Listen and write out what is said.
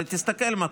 הרי תסתכל מה קורה.